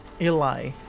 Eli